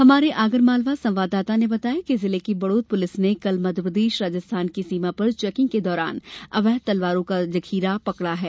हमारे आगरमालवा संवाददाता ने बताया कि जिले की बड़ोद पुलिस ने कल मध्यप्रदेश राजस्थान सीमा पर चेकिंग के दौरान अवैध तलवारों का जखीरा पकड़ा है